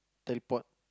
teleport